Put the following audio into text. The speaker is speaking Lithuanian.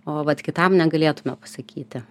o vat kitam negalėtume pasakyti